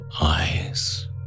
eyes